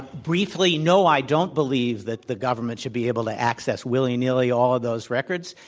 briefly, no, i don't believe that the government should be able to access willy nilly all those recor ds.